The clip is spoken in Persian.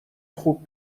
خوب